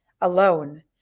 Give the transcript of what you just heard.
alone